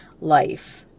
life